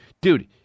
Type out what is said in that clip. Dude